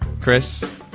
Chris